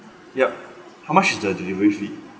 yup how much is the delivery fee